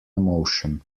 emotion